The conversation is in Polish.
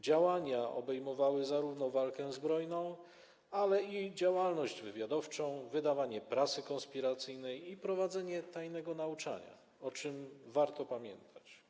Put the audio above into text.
Działania obejmowały zarówno walkę zbrojną, jak i działalność wywiadowczą, wydawanie prasy konspiracyjnej i prowadzenie tajnego nauczania, o czym warto pamiętać.